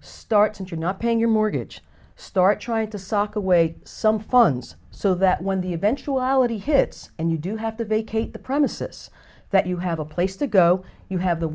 start and you're not paying your mortgage start trying to sock away some funds so that when the eventuality hits and you do have to vacate the premises that you have a place to go you have the